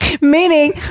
Meaning